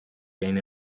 gain